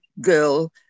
girl